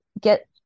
get